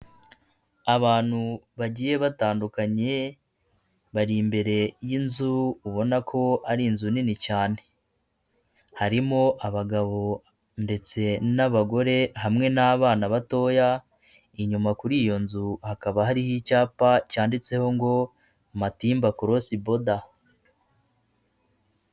Abantu bagiye batandukanye bari imbere y'inzu ubona ko ari inzu nini cyane harimo abagabo ndetse n'abagore hamwe n'abana batoya, inyuma kuri iyo nzu hakaba hariho icyapa cyanditseho ngo Matimba korosi boda.